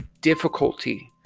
difficulty